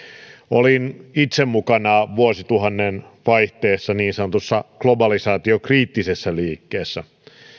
olin itse mukana vuosituhannen vaihteessa niin sanotussa globalisaatiokriittisessä liikkeessä